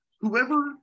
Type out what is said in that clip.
Whoever